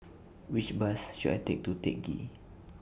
Which Bus should I Take to Teck Ghee